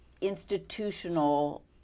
institutional